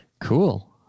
Cool